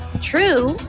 True